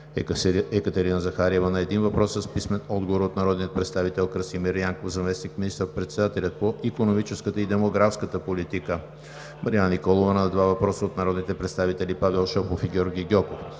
Екатерина Захариева – на един въпрос с писмен отговор от народния представител Красимир Янков; - заместник министър-председателят по икономическата и демографската политика Марияна Николова – на два въпроса от народните представители Павел Шопов; и Георги Гьоков;